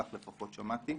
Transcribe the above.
כך לפחות שמעתי.